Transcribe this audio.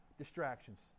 distractions